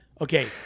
Okay